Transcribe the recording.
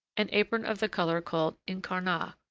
an apron of the color called incarnat,